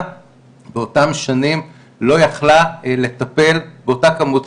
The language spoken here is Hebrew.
באותן שנים לא יכלה לטפל באותה כמות,